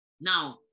Now